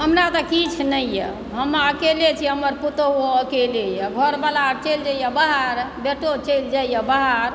हमरा तऽ किछु नहि यऽ हम अकेले छी हमर पुतहु अकेले यऽ घरवला चलि जाइए बाहर बेटो चलि जाइए बाहर